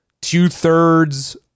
two-thirds